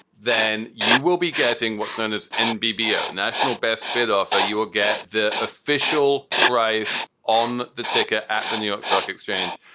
then you will be getting what's known as nbpa national best bid offer. you will get the official price on the ticker at the new york stock exchange.